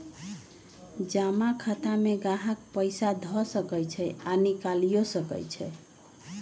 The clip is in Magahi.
जमा खता में गाहक पइसा ध सकइ छइ आऽ निकालियो सकइ छै